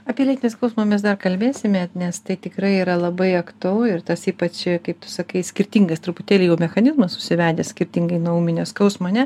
apie lėtinį skausmą mes dar kalbėsime nes tai tikrai yra labai aktualu ir tas ypač jei kaip tu sakai skirtingas truputėlį jau mechanizmas užsivedęs skirtingai nuo ūminio skausmo ne